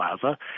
plaza